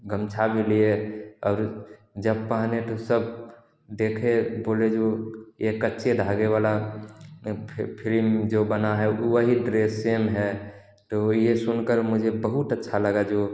गमछा भी लिए और जब पहने तो सब देखे बोले जो यह कच्चे धागे वाला फ्री में जो बना है वही ड्रेस सेम है तो यह सुनकर मुझे बहुत अच्छा लगा जो